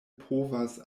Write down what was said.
povas